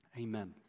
Amen